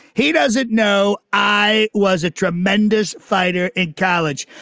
he does it. no. i was a tremendous fighter in college.